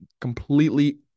Completely